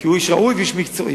כי הוא איש ראוי ואיש מקצועי.